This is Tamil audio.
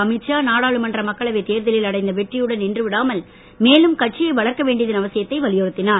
அமீத் ஷா நாடாளுமன்ற மக்களவை தேர்தலில் அடைந்த வெற்றியுடன் நின்று விடாமல் மேலும் கட்சியை வளர்க்க வேண்டியதன் அவசியத்தை வலியுறுத்தினார்